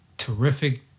terrific